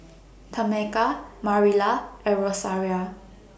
Tameka Marilla and Rosaria